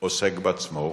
עוסק בעצמו,